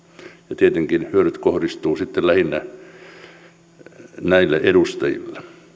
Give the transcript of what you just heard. ja tietenkin hyödyt kohdistuvat sitten lähinnä näille edustajille katsomme